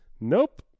Nope